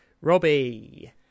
Robbie